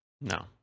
No